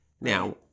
Now